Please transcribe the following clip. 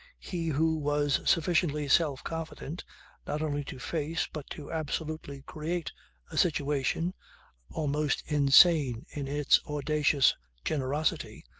he who was sufficiently self-confident not only to face but to absolutely create a situation almost insane in its audacious generosity,